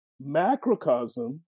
macrocosm